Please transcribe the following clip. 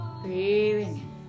Breathing